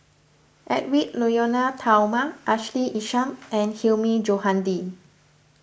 Edwy Lyonet Talma Ashley Isham and Hilmi Johandi